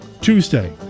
Tuesday